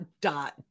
dot